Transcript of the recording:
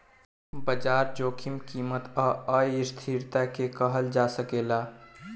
बाजार जोखिम कीमत आ अस्थिरता के कहल जा सकेला